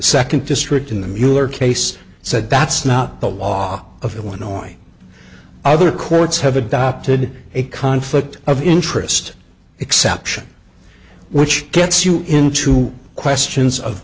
second district in the mueller case said that's not the law of illinois other courts have adopted a conflict of interest exception which gets you into questions of